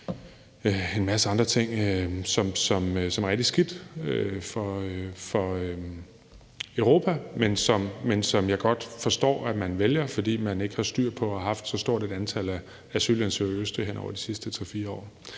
og en masse andre ting, som er rigtig skidt for Europa, men som jeg godt forstår at de vælger, fordi man ikke har styr på og har haft så stort et antal af asylansøgere i Østrig hen over de sidste 3-4 år.